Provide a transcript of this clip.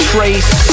Trace